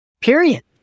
Period